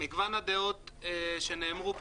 מגוון הדעות שנשמעו פה,